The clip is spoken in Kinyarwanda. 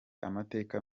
amateka